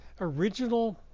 original